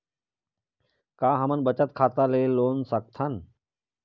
का हमन बचत खाता ले लोन सकथन?